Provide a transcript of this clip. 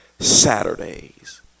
saturdays